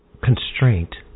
constraint